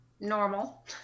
normal